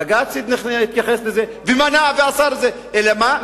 בג"ץ התייחס לזה, ומנע ואסר את זה, אלא מה?